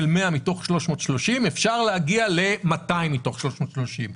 כך אפשר להגיע ל-200 מתוך 330,